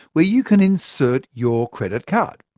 where you can insert your credit card.